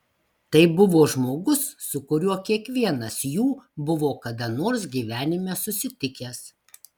tai buvo žmogus su kuriuo kiekvienas jų buvo kada nors gyvenime susitikęs